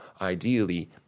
Ideally